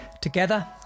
Together